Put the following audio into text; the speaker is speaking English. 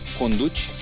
conduci